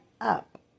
up